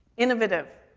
innovative.